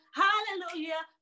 hallelujah